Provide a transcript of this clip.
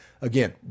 Again